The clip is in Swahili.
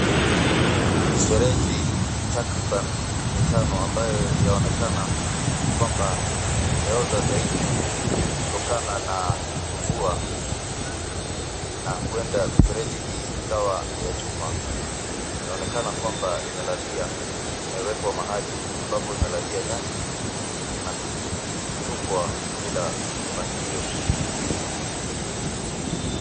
Mifereji takriban mitano ambayo yaonekana kwamba imeoza zaidi kutokana na mvua na huenda mifereji hii ikawa ya chuma. Inaonekana kwamba imelalia imewekwa mahali ambapo imelalia nyasi na kutupwa bila mipangilio.